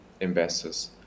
investors